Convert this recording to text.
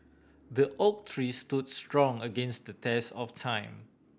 the oak tree stood strong against the test of time